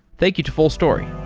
thank you to fullstory.